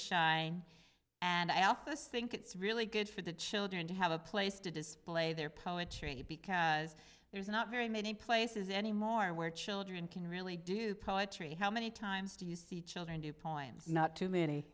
shine and i office think it's really good for the children to have a place to display their poetry because there's not very many places anymore where children can really do poetry how many times do you see children do points not too many